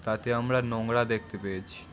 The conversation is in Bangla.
তাতে আমরা নোংরা দেখতে পেয়েছি